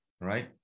right